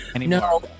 no